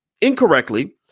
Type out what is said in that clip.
incorrectly